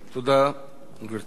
להצעת החוק